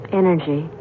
energy